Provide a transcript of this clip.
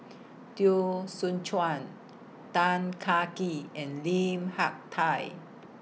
Teo Soon Chuan Tan Kah Kee and Lim Hak Tai